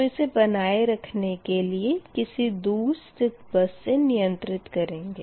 तो इसे बनाए रखने के लिए किसी दूर स्थित बस से नियंत्रित करेंगे